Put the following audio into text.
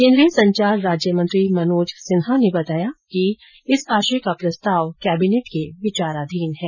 केंद्रीय संचार राज्य मंत्री मनोज सिन्हा ने बताया कि इस आशय का प्रस्ताव कैबिनेट के विचाराधीन है